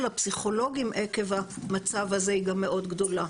הפסיכולוגים עקב המצב הזה היא מאוד גדולה.